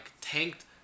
tanked